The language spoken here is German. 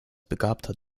begabter